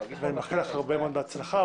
ואני מאחל לך הרבה מאוד הצלחה.